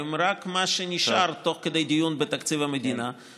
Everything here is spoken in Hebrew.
רק מה שנשאר תוך כדי דיון בתקציב המדינה.